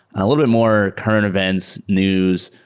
a little bit more current events, news,